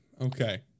Okay